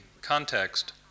context